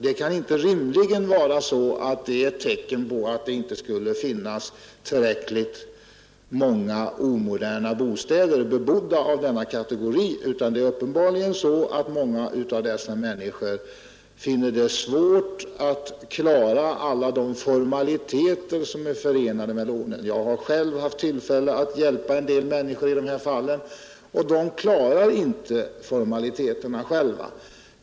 Det kan inte rimligen vara ett tecken på att det inte skulle finnas tillräckligt många omoderna bostäder bebodda av denna kategori, utan det är uppenbarligen så, att många av dessa människor har svårt att klara alla de formaliteter som är förenade med lånen. Jag har själv haft tillfälle att hjälpa en del människor, som inte klarat formaliteterna själva.